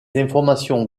informations